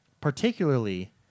particularly